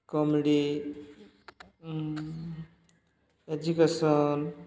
comedy education